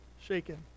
shaken